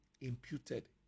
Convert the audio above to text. imputed